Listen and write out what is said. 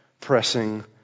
pressing